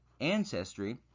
ancestry